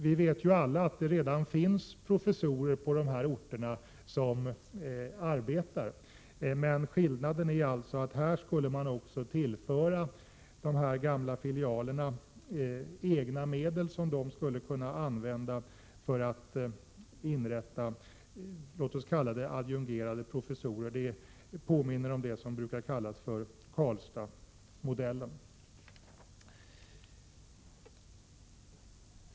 Vi vet alla att det redan finns professorer som arbetar på dessa orter. Skillnaden skulle alltså bli att man tillförde dessa f. d. filialer egna medel som de skulle kunna använda för att inrätta, låt oss kalla det adjungerade professurer. Det påminner om det som brukar kallas Karlstadsmodellen.